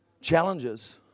challenges